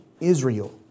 Israel